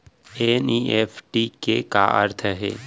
NEFT के का अर्थ है?